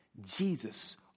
Jesus